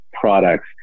products